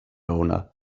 owner